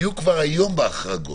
יהיו כבר היום בהחרגות.